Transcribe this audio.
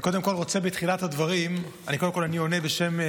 קודם כול אני רוצה בתחילת הדברים, אני עונה בשם.